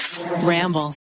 Ramble